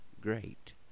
great